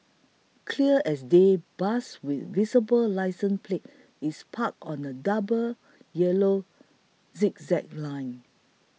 clear as day bus with visible licence plate is parked on a double yellow zigzag line